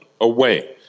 away